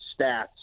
stats